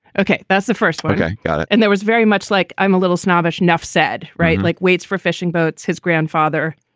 okay. that's the first guy. and there was very much like i'm a little snobbish, nuff said. right. like weights for fishing boats. his grandfather.